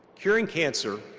curing cancer,